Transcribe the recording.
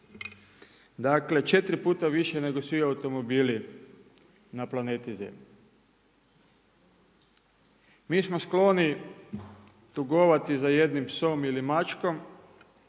dakle četiri puta više nego svi automobili na planeti zemlji. Mi smo skloni tugovati za jednim psom ili mačkom,